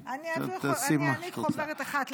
אני אעניק חוברת אחת לשר שטרן.